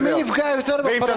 אתם נבחנים במי יפגע יותר בחלשים?